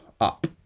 up